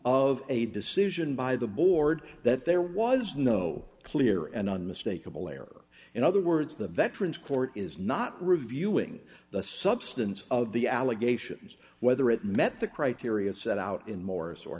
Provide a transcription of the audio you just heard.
of a decision by the board that there was no clear and unmistakable error in other words the veterans court is not reviewing the substance of the allegations whether it met the criteria set out in morris or